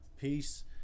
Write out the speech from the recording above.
peace